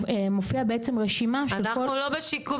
מופיעה בעצם רשימה של כל --- אנחנו לא בשיקום,